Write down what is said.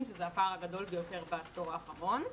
שזה הפער הגדול ביותר בעשור האחרון.